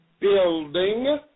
building